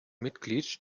mitglied